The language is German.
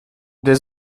der